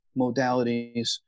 modalities